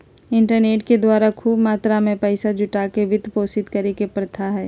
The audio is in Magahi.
इंटरनेट के द्वारा खूब मात्रा में पैसा जुटा के वित्त पोषित करे के प्रथा हइ